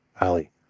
Ali